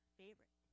favorite